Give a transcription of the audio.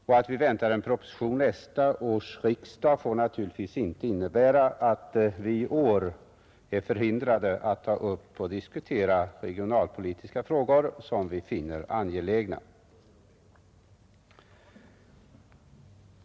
Och att vi väntar en proposition till nästa års riksdag får naturligtvis inte innebära att vi i år är förhindrade att ta upp och diskutera regionalpolitiska frågor som vi finner angelägna.